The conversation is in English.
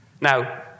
Now